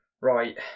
Right